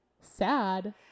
Sad